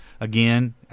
Again